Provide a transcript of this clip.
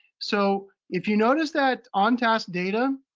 so if you notice that on task data,